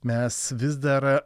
mes vis dar